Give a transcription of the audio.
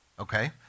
Okay